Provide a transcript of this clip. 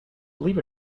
believe